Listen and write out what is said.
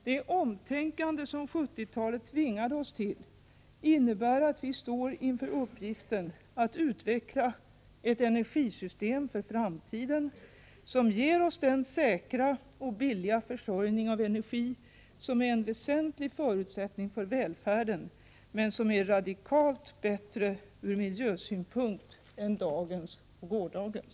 Det omtänkande som 1970-talet tvingade oss till innebär att vi står inför uppgiften att utveckla ett energisystem för framtiden som ger oss den säkra och billiga försörjning av energi som är en väsentlig förutsättning för välfärden och som är radikalt bättre ur miljösynpunkt än dagens och gårdagens.